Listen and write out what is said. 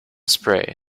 spray